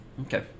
Okay